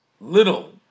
little